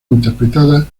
interpretada